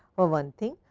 for one thing,